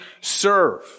serve